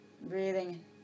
Breathing